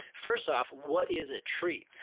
first off, what is a tree?